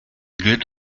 gilt